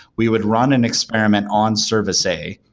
we would run an experiment on service a.